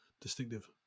distinctive